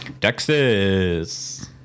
Texas